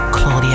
Claudia